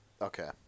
Okay